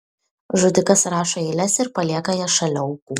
žudikas rašo eiles ir palieka jas šalia aukų